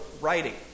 writing